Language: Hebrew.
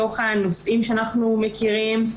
מתוך הנושאים שאנחנו מכירים.